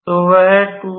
तो वह है